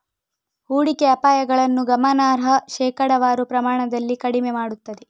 ಹೂಡಿಕೆ ಅಪಾಯಗಳನ್ನು ಗಮನಾರ್ಹ ಶೇಕಡಾವಾರು ಪ್ರಮಾಣದಲ್ಲಿ ಕಡಿಮೆ ಮಾಡುತ್ತದೆ